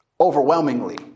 Overwhelmingly